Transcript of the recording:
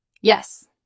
Yes